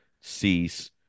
Cease